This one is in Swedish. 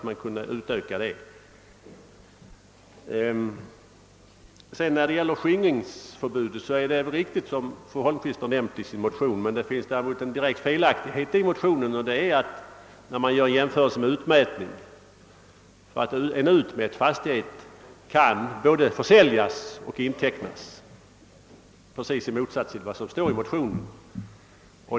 Vad som sagts om skingringsförbud i fru Holmqvists motion är riktigt, men det finns en felaktighet när det görs jämförelse med utmätning. En utmätt fastighet kan både intecknas och försäljas, i motsats till vad som står i motionen.